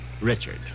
Richard